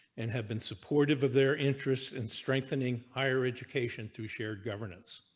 and have been supportive of their interest in strengthening higher education through shared governance.